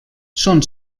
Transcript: són